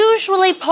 Usually